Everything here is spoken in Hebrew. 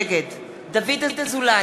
נגד דוד אזולאי,